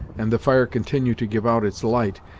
and the fire continue to give out its light,